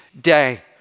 day